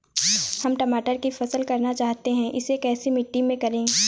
हम टमाटर की फसल करना चाहते हैं इसे कैसी मिट्टी में करें?